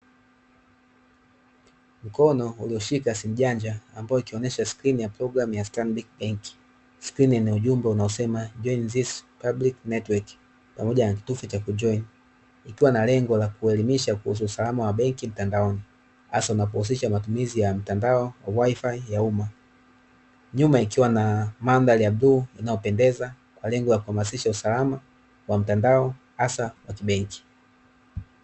Mkono ulioshika simujanja ambayo ikionyesha skrini ya programu ya "stanbiki bank". Skrini yenye ujumbe unaosema "Join this public network" pamoja na kitufe cha kujoin. Ikiwa na lengo la kuelimisha kuhusu usalama wa benki mtandaoni hasa unapohusisha matumizi ya mtandao wifi ya umma nyuma. Ikiwa na mandhari ya bluu inayopendeza kwa lengo la kuhamasisha usalama wa mtandao hasa wa kibenki.